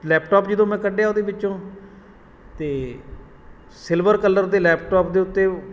laptop ਜਦੋਂ ਮੈਂ ਕੱਢਿਆ ਉਹਦੇ ਵਿੱਚੋਂ ਤਾਂ ਸਿਲਵਰ ਕਲਰ ਦੇ ਲੈਪਟਾਪ ਦੇ ਉੱਤੇ